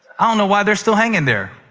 i don't know why they're still hanging there.